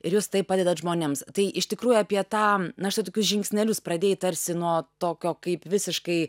ir jūs taip padedat žmonėms tai iš tikrųjų apie tą na štai tokius žingsnelius pradėjai tarsi nuo tokio kaip visiškai